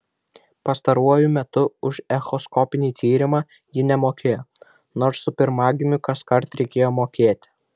pastaruoju metu už echoskopinį tyrimą ji nemokėjo nors su pirmagimiu kaskart reikėjo mokėti